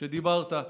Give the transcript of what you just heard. שדיברת,